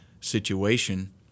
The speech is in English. situation